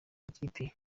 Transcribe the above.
ikipe